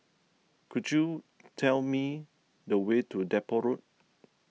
could you tell me the way to Depot Road